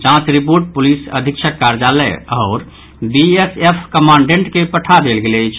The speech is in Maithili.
जांच रिपोर्ट पुलिस अधीक्षक कार्यालय आओर बीएसएफ कमांडेंट के पठा देल गेल अछि